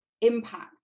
impact